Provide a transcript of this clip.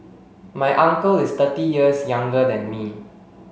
my uncle is thirty years younger than me